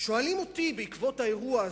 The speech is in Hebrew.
שואלים אותי בעקבות האירוע הזה: